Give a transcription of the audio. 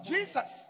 Jesus